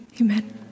Amen